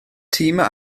timau